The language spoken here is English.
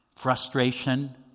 frustration